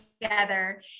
together